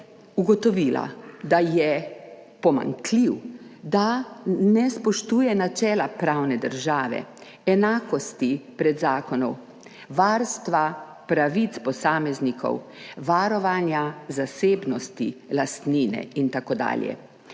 ugotovila, da je pomanjkljiv, da ne spoštuje načela pravne države, enakosti pred zakonom, varstva pravic posameznikov, varovanja zasebnosti lastnine in tako dalje.